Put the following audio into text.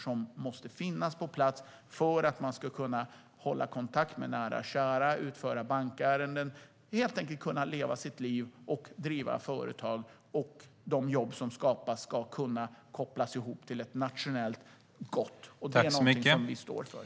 Det måste finnas på plats för att man ska kunna hålla kontakt med nära och kära, utföra bankärenden och helt enkelt leva sitt liv och driva företag. De jobb som skapas ska kunna kopplas ihop till något nationellt gott. Det står vi för.